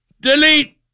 Delete